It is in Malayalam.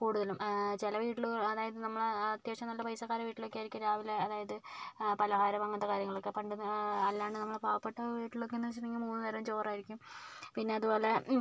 കൂടുതലും ചില വീട്ടിൽ അതായത് നമ്മളെ അത്യാവശ്യം നല്ല പൈസക്കാരുടെ വീട്ടിലൊക്കെ ആയിരിക്കും രാവിലെ അതായത് പലഹാരം അങ്ങനത്തെ കാര്യങ്ങൾ ഒക്കെ പണ്ടൊക്കെ അല്ലാണ്ട് നമ്മളെ പാവപെട്ട വീട്ടിലൊക്കെ എന്ന് വെച്ചിട്ടുണ്ടെങ്കിൽ മൂന്ന് നേരവും ചോറായിരിക്കും പിന്നെ അതുപോലെ